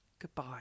Goodbye